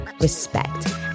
respect